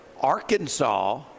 Arkansas